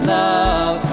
love